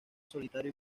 solitario